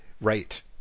right